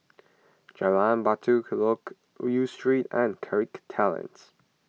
Jalan Batai Loke Yew Street and Kirk Terrace